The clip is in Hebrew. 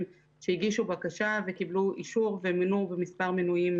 שהגישו בקשה וקיבלו אישור ומונו במספר מינויים,